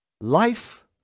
Life